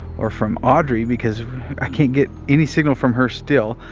or from audrey, because i can't get any signal from her still.